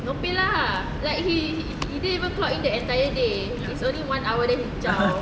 no pay lah like he he he didn't even clock in the entire day is only one hour then he zao